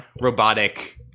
robotic